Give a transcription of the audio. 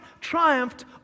triumphed